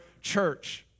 church